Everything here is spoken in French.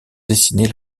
dessiner